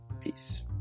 Peace